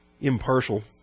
impartial